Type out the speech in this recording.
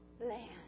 land